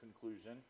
conclusion